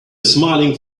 smiling